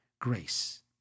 grace